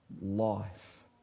life